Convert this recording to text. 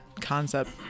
concept